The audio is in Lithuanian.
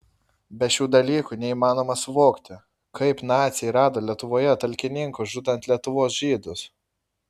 be šių dalykų neįmanoma suvokti kaip naciai rado lietuvoje talkininkų žudant lietuvos žydus